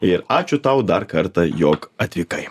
ir ačiū tau dar kartą jog atvykai